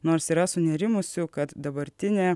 nors yra sunerimusių kad dabartinė